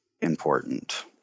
important